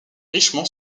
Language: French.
richement